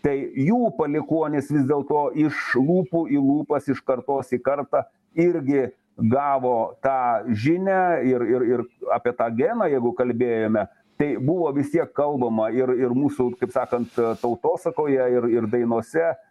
tai jų palikuonys vis dėlto iš lūpų į lūpas iš kartos į kartą irgi gavo tą žinią ir ir ir apie tą dieną jeigu kalbėjome tai buvo vis tiek kalbama ir ir mūsų taip sakant tautosakoje ir ir dainose